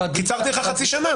קיצרתי לך חצי שנה.